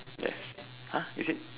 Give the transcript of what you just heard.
yes !huh! is it